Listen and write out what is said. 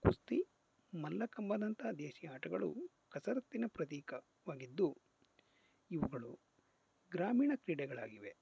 ಕುಸ್ತಿ ಮಲ್ಲಕಂಬದಂತ ದೇಶೀಯ ಆಟಗಳು ಕಸರತ್ತಿನ ಪ್ರತೀಕವಾಗಿದ್ದು ಇವುಗಳು ಗ್ರಾಮೀಣ ಕ್ರೀಡೆಗಳಾಗಿವೆ